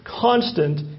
constant